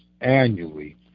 annually